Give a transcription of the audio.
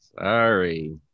Sorry